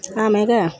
ಆಮೇಗ